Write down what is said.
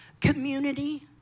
Community